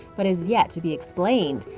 but is yet to be explained.